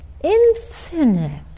Infinite